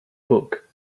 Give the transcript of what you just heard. book